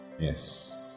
Yes